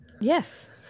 yes